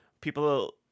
People